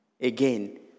Again